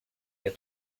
der